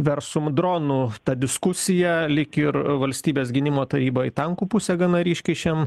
versum dronų ta diskusija lyg ir valstybės gynimo taryba į tankų pusę gana ryškiai šiandien